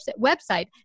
website